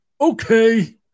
okay